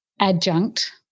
adjunct